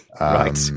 Right